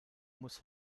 muss